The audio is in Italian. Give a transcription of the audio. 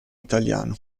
italiano